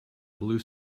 blue